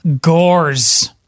Gore's